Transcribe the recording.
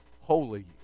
holy